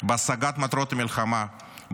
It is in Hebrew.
בהשגת מטרות המלחמה,